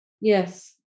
Yes